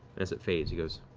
as it fades, he goes,